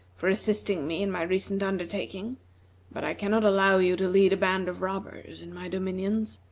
for assisting me in my recent undertaking but i cannot allow you to lead a band of robbers in my dominions.